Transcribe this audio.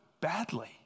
badly